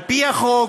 לפי החוק,